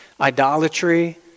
idolatry